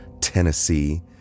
Tennessee